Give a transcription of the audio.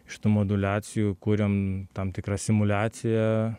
iš tų moduliacijų kuriam tam tikrą simuliaciją